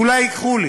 אולי ייקחו לי.